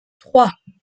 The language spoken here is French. trois